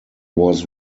was